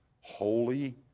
holy